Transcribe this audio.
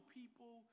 people